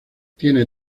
tiene